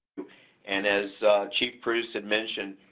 and as chief preuss had mentioned,